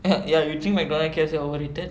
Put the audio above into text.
ya you think like McDonald's or K_F_C overrated